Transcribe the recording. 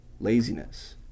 laziness